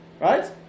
Right